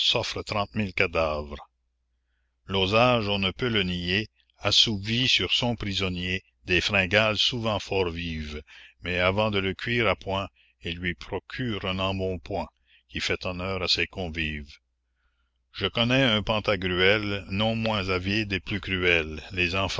trente mille cadavres l'osage on ne peut le nier assouvit sur son prisonnier des fringales souvent fort vives mais avant de le cuire à point il lui procure un embonpoint qui fait honneur à ses convives je connais un pantagruel non moins avide et plus cruel les